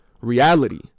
reality